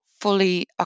fully